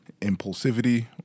impulsivity